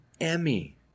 Emmy